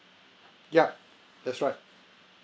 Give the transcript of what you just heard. yup that's right